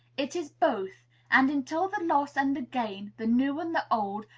it is both and until the loss and the gain, the new and the old,